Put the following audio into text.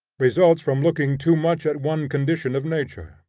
results from looking too much at one condition of nature,